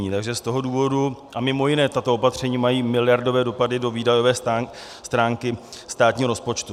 Takže z toho důvodu a mimo jiné tato opatření mají miliardové dopady do výdajové stránky státního rozpočtu.